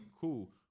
cool